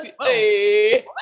hey